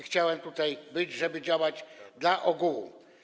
Chciałem tutaj być, żeby działać dla ogółu.